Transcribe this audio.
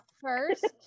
first